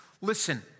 Listen